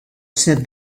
said